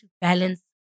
balance